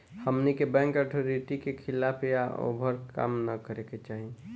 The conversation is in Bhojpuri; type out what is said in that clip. हमनी के बैंक अथॉरिटी के खिलाफ या ओभर काम न करे के चाही